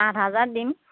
আঠ হাজাৰ দিম